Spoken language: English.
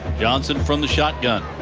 johnson from the shotgun,